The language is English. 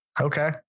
Okay